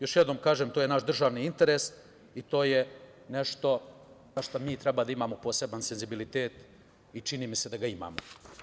Još jednom kažem, to je naš državni interes i to je nešto za šta mi treba da imamo poseban senzibilitet i čini mi se da ga imamo.